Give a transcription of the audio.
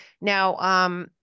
now